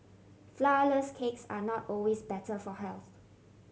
flourless cakes are not always better for health